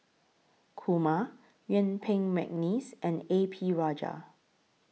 Kumar Yuen Peng Mcneice and A P Rajah